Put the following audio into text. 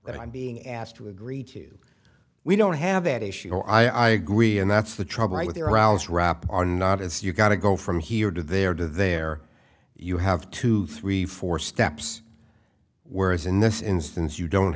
that i'm being asked to agree to we don't have that issue i agree and that's the trouble right there alex wrap are not as you've got to go from here to there to there you have two three four steps whereas in this instance you don't